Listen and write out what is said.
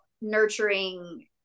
nurturing